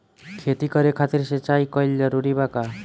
खेती करे खातिर सिंचाई कइल जरूरी बा का?